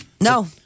No